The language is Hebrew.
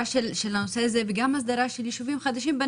של הנושא הזה וגם הסדרה של יישובים בדואיים חדשים.